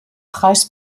preis